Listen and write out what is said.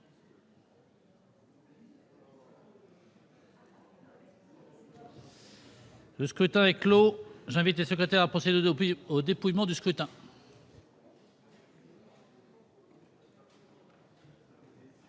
Le scrutin est clos. J'invite Mmes et MM. les secrétaires à procéder au dépouillement du scrutin.